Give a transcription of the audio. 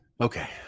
Okay